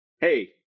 hey